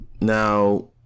now